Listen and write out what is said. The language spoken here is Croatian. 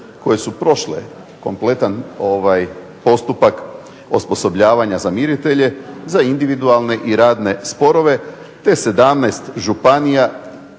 koje su prošle kompletan postupak osposobljavanja za miritelje za individualne i radne sporove, te 17 županija